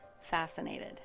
fascinated